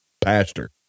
pastor